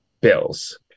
Bills